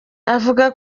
avuga